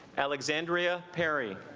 alexandria perry